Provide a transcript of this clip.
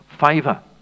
favour